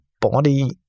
body